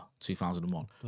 2001